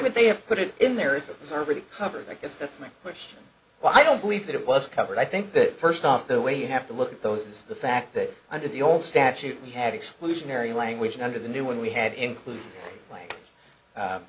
would they have put it in there if it was a recovery i guess that's my question but i don't believe that it was covered i think that first off the way you have to look at those is the fact that under the old statute we had exclusionary language and under the new one we had include like